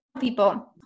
people